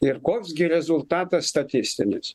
ir koks gi rezultatas statistinis